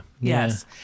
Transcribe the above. Yes